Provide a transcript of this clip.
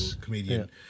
comedian